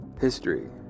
History